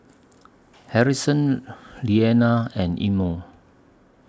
Harrison Lilliana and Imo